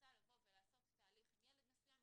רוצה לבוא ולעשות תהליך עם ילד מסוים,